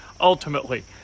ultimately